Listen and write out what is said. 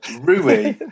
Rui